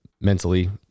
mentally